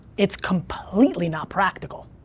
it's completely not practical.